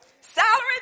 salary